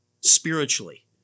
spiritually